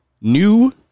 new